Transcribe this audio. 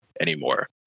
anymore